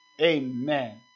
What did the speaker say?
Amen